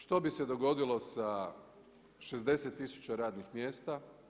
Što bi se dogodilo sa 60 tisuća radnih mjesta?